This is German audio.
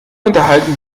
unterhalten